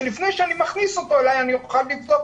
שלפני שאני מכניס אותו אלי תוכלו לבדוק